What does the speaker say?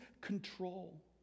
control